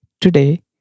Today